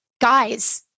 guys